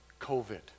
COVID